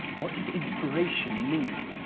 what does inspiration mean?